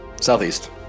southeast